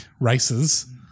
races